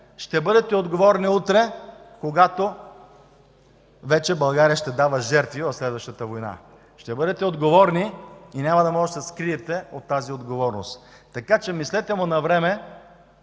ще бъдете отговорни утре, когато вече България ще дава жертви в следващата война. Ще бъдете отговорни и няма да можете да се скриете от тази отговорност. Така че мислете навреме,